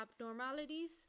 abnormalities